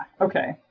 Okay